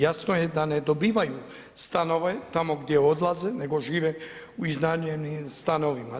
Jasno je da ne dobivaju stanove tamo gdje odlaze, nego žive u iznajmljenim stanovima.